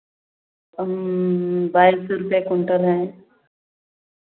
बाईस सौ रुपये कुंटल हैं